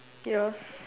ya